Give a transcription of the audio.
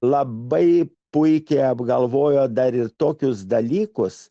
labai puikiai apgalvojo dar ir tokius dalykus